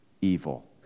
evil